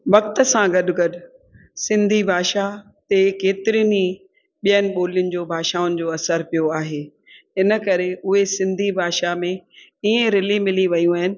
वक़्त सां गॾु गॾु सिंधी भाषा ते केतिरनि ई ॿियनि ॿोलयुनि जो भाषाउनि जो असरु पियो आहे इनकरे उहे सिंधी भाषा में इयं रिली मिली वेयूं आहिनि